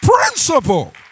principle